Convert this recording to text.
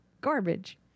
garbage